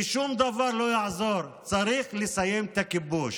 ושום דבר לא יעזור, צריך לסיים את הכיבוש.